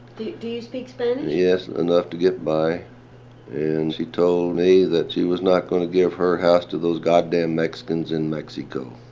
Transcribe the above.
do you speak spanish? yes enough to get by and she told me that she was not going to give her house to those goddamn mexicans in mexico.